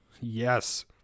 Yes